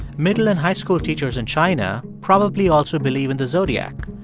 middle and high school teachers in china probably also believe in the zodiac.